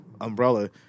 umbrella